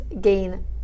Gain